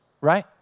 right